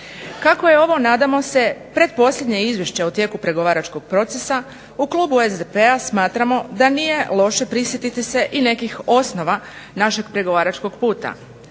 Kako je ovo nadamo se pretposljednje izvješće o tijeku pregovaračkog procesa u klubu SDP-a smatramo da nije loše prisjetiti se i nekih osnova našeg pregovaračkog puta.